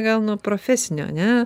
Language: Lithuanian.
gal nuo profesinių ane